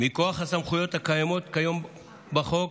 מכוח הסמכויות הקיימות כיום בחוק